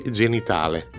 genitale